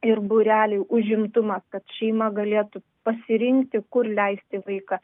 ir būreliai užimtumas kad šeima galėtų pasirinkti kur leisti vaiką